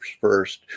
first